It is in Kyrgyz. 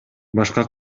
башка